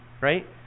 right